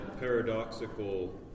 paradoxical